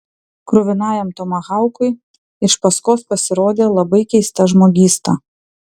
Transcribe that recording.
kruvinajam tomahaukui iš paskos pasirodė labai keista žmogysta